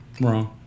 Wrong